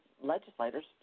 legislators